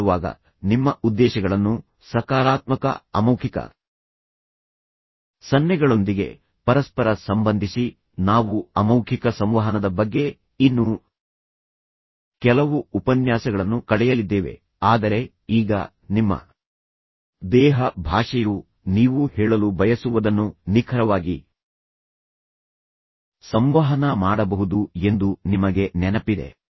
ಮಾತನಾಡುವಾಗ ನಿಮ್ಮ ಉದ್ದೇಶಗಳನ್ನು ಸಕಾರಾತ್ಮಕ ಅಮೌಖಿಕ ಸನ್ನೆಗಳೊಂದಿಗೆ ಪರಸ್ಪರ ಸಂಬಂಧಿಸಿ ನಾವು ಅಮೌಖಿಕ ಸಂವಹನದ ಬಗ್ಗೆ ಇನ್ನೂ ಕೆಲವು ಉಪನ್ಯಾಸಗಳನ್ನು ಕಳೆಯಲಿದ್ದೇವೆ ಆದರೆ ಈಗ ನಿಮ್ಮ ದೇಹ ಭಾಷೆಯು ನೀವು ಹೇಳಲು ಬಯಸುವದನ್ನು ನಿಖರವಾಗಿ ಸಂವಹನ ಮಾಡಬಹುದು ಎಂದು ನಿಮಗೆ ನೆನಪಿದೆ